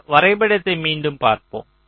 இந்த வரைபடத்தை மீண்டும் பார்ப்போம்